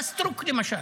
השרה סטרוק, למשל,